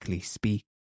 speak